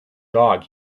dog